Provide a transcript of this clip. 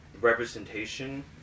representation